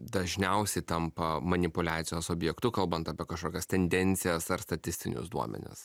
dažniausiai tampa manipuliacijos objektu kalbant apie kažkokias tendencijas ar statistinius duomenis